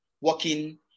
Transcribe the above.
working